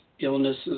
illnesses